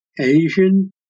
Asian